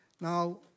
Now